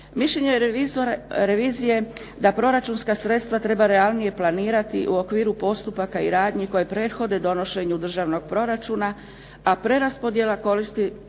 Mišljenje je revizije da proračunska sredstva treba ranije planirati u okviru postupaka i radnji koje prethode donošenju državnog proračuna a preraspodjela koristi